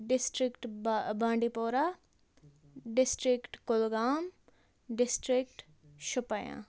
district بَہ Bandipora district Kulgam district Shopian